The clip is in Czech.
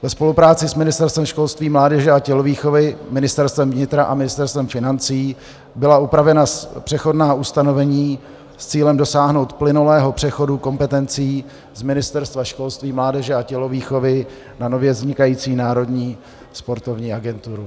Ve spolupráci s Ministerstvem školství, mládeže a tělovýchovy, Ministerstvem vnitra a Ministerstvem financí byla upravena přechodná ustanovení s cílem dosáhnout plynulého přechodu kompetencí z Ministerstva školství, mládeže a tělovýchovy na nově vznikající Národní sportovní agenturu.